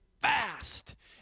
fast